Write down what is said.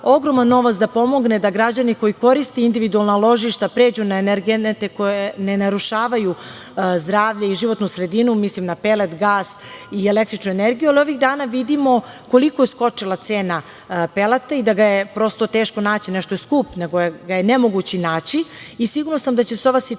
ogroman novac da pomogne da građani koji koriste individualna ložišta pređu na energente koji ne narušavaju zdravlje i životnu sredinu, mislim na pelet, gas i električnu energiju, ali ovih dana vidimo koliko je skočila cena peleta i da ga je teško naći, ne što je skup, nego ga je nemoguće naći i sigurna sam da će se ova situacija